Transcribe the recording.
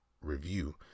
Review